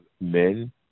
men